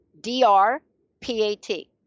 D-R-P-A-T